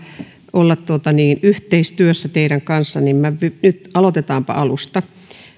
olla yhteistyössä teidän kanssanne niin aloitetaanpa nyt alusta